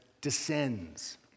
descends